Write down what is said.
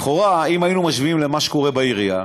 לכאורה, אם היינו משווים למה שקורה בעירייה,